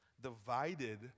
divided